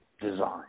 design